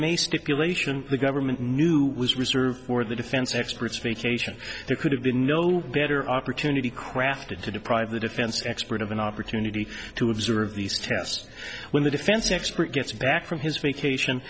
a stipulation the government knew was reserved for the defense experts vacation there could have been no better opportunity crafted to deprive the defense expert of an opportunity to observe these tests when the defense expert gets back from his vacation